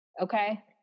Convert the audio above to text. okay